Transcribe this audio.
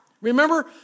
Remember